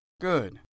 Good